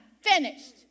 finished